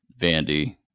Vandy